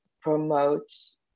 promotes